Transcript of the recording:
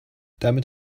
damit